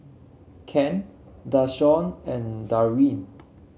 Ken Dashawn and Darryn